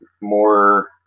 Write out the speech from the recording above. more